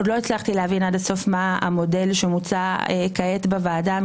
שלא הצלחתי להבין עד הסוף מה המודל שמוצע כעת בוועדה,